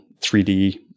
3d